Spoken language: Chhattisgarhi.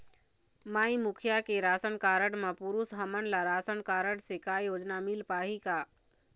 माई मुखिया के राशन कारड म पुरुष हमन ला रासनकारड से का योजना मिल पाही का?